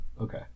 okay